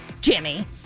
Jimmy